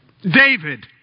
David